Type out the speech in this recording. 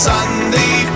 Sunday